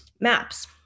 maps